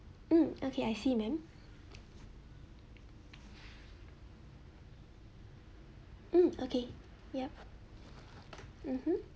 hmm okay I see ma'am hmm okay yup mmhmm